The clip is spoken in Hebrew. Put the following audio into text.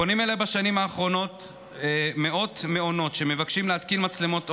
פונים אלי בשנים האחרונות מאות מעונות שמבקשים להתקין מצלמות און-ליין.